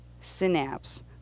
synapse